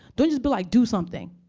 don't just be like, do something.